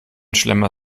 schlemmer